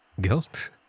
Guilt